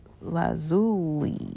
Lazuli